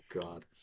god